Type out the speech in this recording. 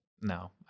no